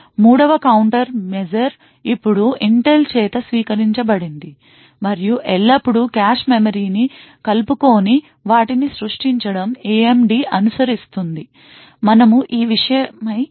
3వ countermeasure ఇప్పుడు Intel చేత స్వీకరించబడింది మరియు ఎల్లప్పుడూ కాష్ మెమరీని కలుపుకోని వాటిని సృష్టించడం AMD అనుసరిస్తుంది మనము ఈ విషయమై మరింత ముందుకు వెళ్ళము